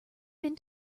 been